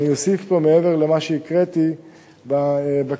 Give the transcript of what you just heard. אני אוסיף פה מעבר למה שהקראתי בכתוב,